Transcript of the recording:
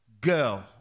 girl